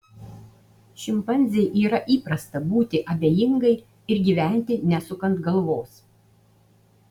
šimpanzei yra įprasta būti abejingai ir gyventi nesukant galvos